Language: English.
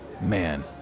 Man